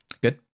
Good